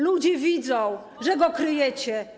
Ludzie widzą, że go kryjecie.